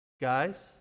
guys